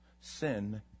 Sin